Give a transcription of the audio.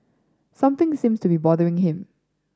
something seems to be bothering him